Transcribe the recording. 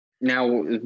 now